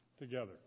together